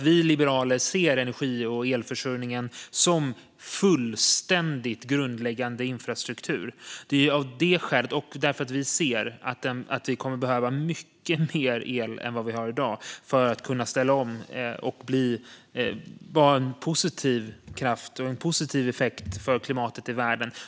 Vi liberaler ser energi och elförsörjningen som fullständigt grundläggande infrastruktur. Vi ser också att vi kommer att behöva mycket mer el än vad vi har i dag för att kunna ställa om, vara en positiv kraft och ge positiv effekt för klimatet i världen.